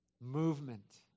movement